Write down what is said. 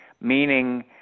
meaning